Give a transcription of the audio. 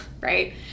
right